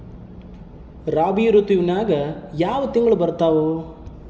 ರಾಬಿ ಋತುವಿನ್ಯಾಗ ಯಾವ ತಿಂಗಳು ಬರ್ತಾವೆ?